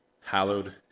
hallowed